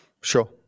Sure